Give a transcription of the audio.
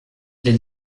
les